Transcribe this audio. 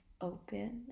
open